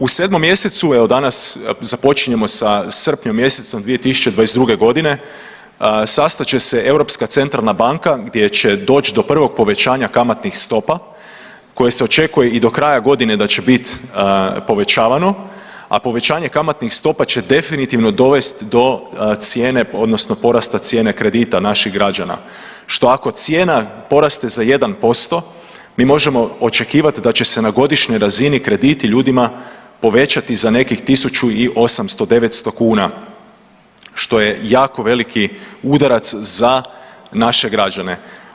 U 7 mjesecu evo danas započinjemo sa srpnjom mjesecom 2022. godine sastat će se Europska centralna banka gdje će doći do prvog povećanja kamatnih stopa koje se očekuje i do kraja godine da će bit povećavano, a povećanje kamatnih stopa će definitivno dovest do cijene, odnosno porasta cijene kredita naših građana što ako cijena poraste za 1% mi možemo očekivati da će se na godišnjoj razini krediti ljudima povećati za nekih 1800, 900 kuna što je jako veliki udarac za naše građane.